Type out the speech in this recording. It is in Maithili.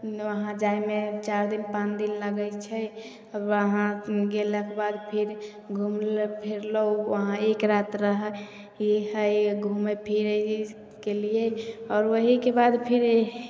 वहाँ जाइ मे चारि दिन पाँच दिन लगै छै वहाँ गेलाके बाद फिर घूमलहुॅं फिरलहुॅं वहाँ एक रात रहियै हइ घूमे फिरेके लिए आओर वहीके बाद फेर